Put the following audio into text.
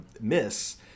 miss